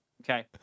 Okay